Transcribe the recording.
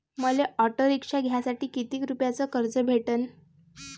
मले auto rickshaw घ्यासाठी कितीक रुपयाच कर्ज भेटनं?